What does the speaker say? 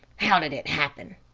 how did it happen?